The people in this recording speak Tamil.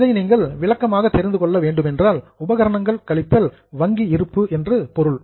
இதை நீங்கள் விளக்கமாக தெரிந்து கொள்ள வேண்டுமென்றால் உபகரணங்கள் கழித்தல் வங்கி இருப்பு என்று பொருள்